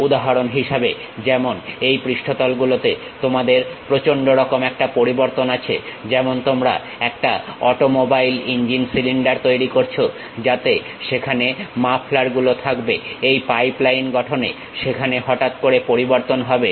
উদাহরণ হিসেবে যেমন এই পৃষ্ঠতল গুলোতে তোমাদের প্রচন্ড রকম একটা পরিবর্তন আছে যেমন তোমরা একটা অটোমোবাইল ইঞ্জিন সিলিন্ডার তৈরি করছো যাতে সেখানে মাফলার গুলো থাকবে এই পাইপলাইন গঠনে সেখানে হঠাৎ করে পরিবর্তন হবে